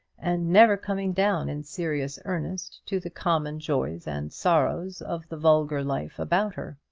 and never coming down in serious earnest to the common joys and sorrows of the vulgar life about her.